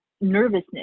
nervousness